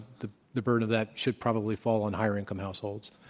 the the burden of that should probably fall on higher income households.